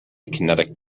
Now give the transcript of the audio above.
kinetic